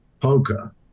poker